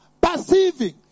perceiving